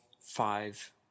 five